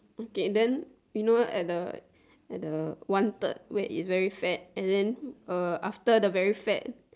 okay then you know at the at the one at the one third where it's very fat and then uh after the very fat